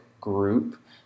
group